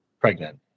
pregnant